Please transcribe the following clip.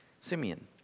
Simeon